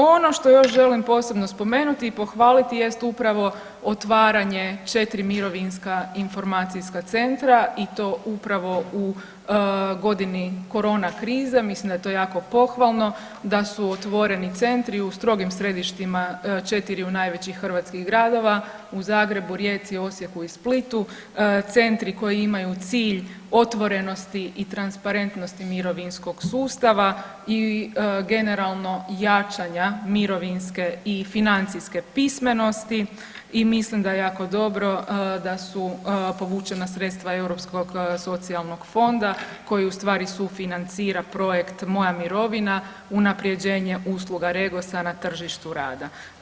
Ono što još želim posebno spomenuti i pohvaliti jest upravo otvaranje 4 mirovinska informacijska centra i to upravo u godini korona krize, mislim da je to jako pohvalno, da su otvoreni centri u strogim središtima 4 najvećih hrvatskih gradova, u Zagrebu, Rijeci, Osijeku i Splitu, centri koji imaju cilj otvorenosti i transparentnosti mirovinskog sustava i generalno jačanja mirovinske i financijske pismenosti i mislim da je jako dobro da su povučena sredstva Europskog socijalnog fonda koji ustvari sufinancira projekt Moja mirovina, unaprjeđenje usluga REGOS-a na tržištu rada.